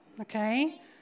okay